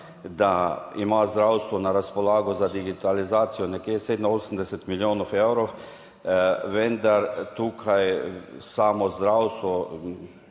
da ima zdravstvo na razpolago za digitalizacijo nekje 87 milijonov evrov, vendar tukaj samo zdravstvo